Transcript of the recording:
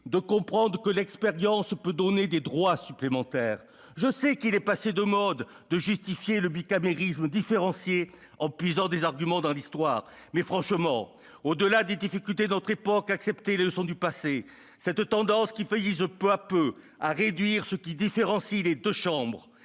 de comprendre que l'expérience peut donner des droits supplémentaires ; je sais qu'il est passé de mode de justifier le bicamérisme différencié en puisant des arguments dans l'histoire ; mais, franchement, au-delà des difficultés de notre époque à accepter les leçons du passé, cette tendance qui vise peu à peu à réduire ce qui différencie les deux chambres